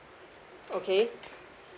okay